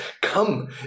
come